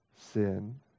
sin